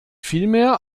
vielmehr